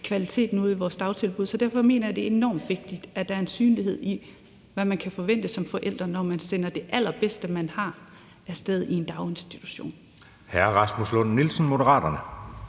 kvaliteten ude i vores dagtilbud. Derfor mener jeg, det er enormt vigtigt, at der er en synlighed i, hvad man kan forvente som forælder, når man sender det allerbedste, man har, afsted i en daginstitution.